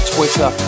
Twitter